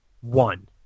one